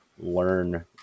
learn